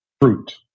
fruit